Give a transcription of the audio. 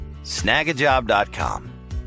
Snagajob.com